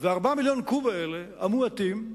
4 מיליוני הקוב האלה, המועטים,